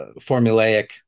formulaic